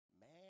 Man